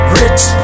rich